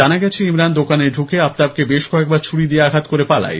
জানা গেছে ইমরান দোকানে ঢুকে আফতাবকে বেশ কয়েকবার ছুরি দিয়ে আঘাত করে পালায়